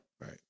Right